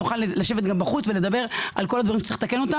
נוכל לשבת גם בחוץ ולדבר על כל הדברים שצריך לתקן אותם